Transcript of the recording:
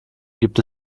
gibt